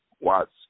watts